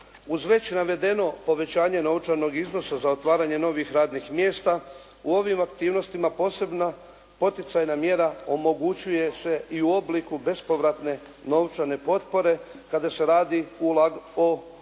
Uz već navedeno povećanje novčanog iznosa za otvaranje novih radnih mjesta u ovim aktivnostima posebno poticajna mjera omogućuje se i u obliku bespovratne novčane potpore kada se radi o ulagačkom